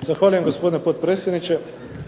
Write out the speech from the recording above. **Matušić, Frano